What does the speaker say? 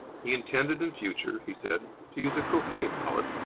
he intended in future, he said, to use a croquet mallet,